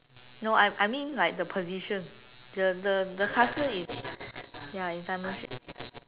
no I I mean like the position the the the castle is ya is diamond shape